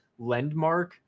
Lendmark